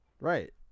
Right